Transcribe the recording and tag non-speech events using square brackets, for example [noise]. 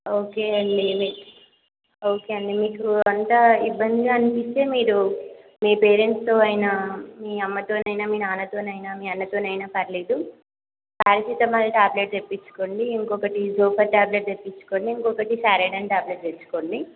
okay అండి మీక్ okay అండి మీక అంత ఇబ్బందిగా అనిపిస్తే మీరు మీ పేరెంట్స్తో అయినా మీ అమ్మతోనైనా మీ నాన్నతోనైనా మీ అన్నతోనైనా పర్లేదు పారాసెటమాల్ టాబ్లెట్ తెప్పించుకోండి ఇంకొకటి [unintelligible] టాబ్లెట్ తెప్పించుకోండి ఇంకొకటి సారిడైన్ టాబ్లెట్ తెచ్చుకోండి